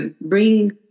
bring